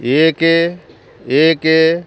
ଏକ ଏକ